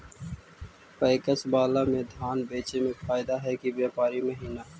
PACS बाला में धान बेचे मे फायदा है कि व्यापारी महिना?